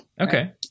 Okay